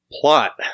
plot